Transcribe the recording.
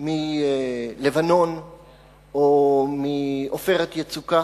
מלבנון או מ"עופרת יצוקה",